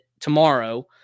tomorrow